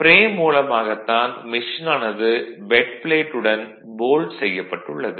frame மூலமாகத் தான் machine ஆனது பெட் ப்ளேட் உடன் போல்ட் செய்யப்பட்டுள்ளது